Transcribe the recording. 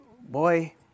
boy